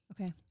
Okay